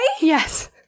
yes